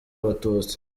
abatutsi